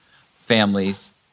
families